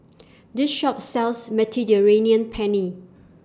This Shop sells Mediterranean Penne